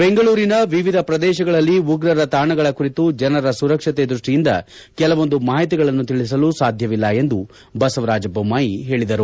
ಬೆಂಗಳೂರಿನ ವಿವಿಧ ಪ್ರದೇಶಗಳಲ್ಲಿ ಉಗ್ರರ ತಾಣಗಳ ಕುರಿತು ಜನರ ಸುರಕ್ಷತೆ ದ್ಯಷ್ಟಿಯಿಂದ ಕೆಲವೊಂದು ಮಾಹಿತಿಗಳನ್ನು ತಿಳಿಸಲು ಸಾಧ್ಯವಿಲ್ಲ ಎಂದು ಬಸವರಾಜ ಬೊಮ್ಮಾಯಿ ಹೇಳಿದರು